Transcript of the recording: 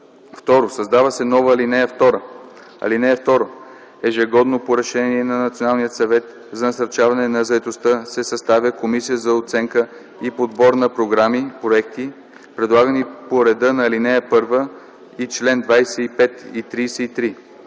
Създава се нова ал. 2: „(2) Ежегодно по решение на Националния съвет за насърчаване на заетостта се съставя комисия за оценка и подбор на програми/проекти предлагани по реда на ал. 1 и чл. 25 и 33.